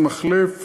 אז מחלף